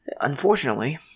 unfortunately